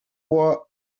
what